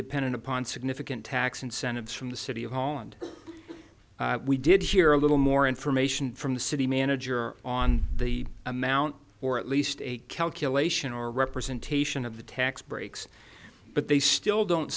dependent upon significant tax incentives from the city hall and we did hear a little more information from the city manager on the amount or at least a calculation or representation of the tax breaks but they still don't